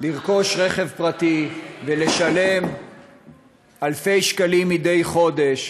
לרכוש רכב פרטי ולשלם אלפי שקלים מדי חודש